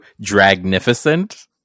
Dragnificent